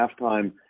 halftime